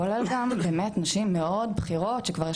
כולל גם באמת נשים מאוד בכירות שכבר יש